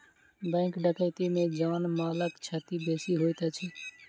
bank डकैती मे जान मालक क्षति बेसी होइत अछि